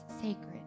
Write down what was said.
sacred